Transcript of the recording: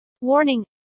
warning